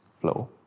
flow